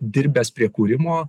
dirbęs prie kūrimo